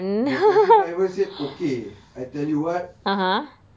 the taxi driver said okay I tell you what